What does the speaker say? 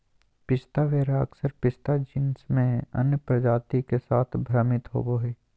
पिस्ता वेरा अक्सर पिस्ता जीनस में अन्य प्रजाति के साथ भ्रमित होबो हइ